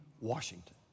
Washington